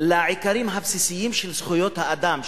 לעיקרים הבסיסיים של זכויות האדם,